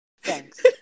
Thanks